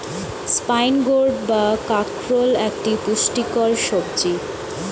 spine gourd বা কাঁকরোল একটি পুষ্টিকর সবজি